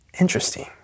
Interesting